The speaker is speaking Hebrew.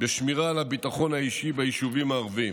בשמירה על הביטחון האישי ביישובים הערביים,